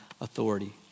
authority